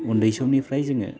उन्दै समनिफ्राय जोङो